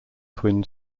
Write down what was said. twin